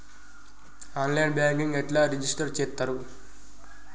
On line banking ఎట్లా register చేత్తరు?